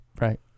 Right